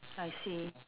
I see